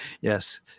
Yes